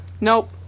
Nope